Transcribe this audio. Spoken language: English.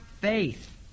faith